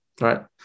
right